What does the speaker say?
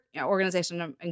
organization